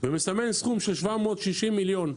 ומסמן סכום של 760 מיליון.